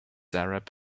arab